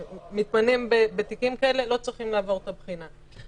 שמתמנים בתיקים כאלה לא צריכים לעבור את הבחינה.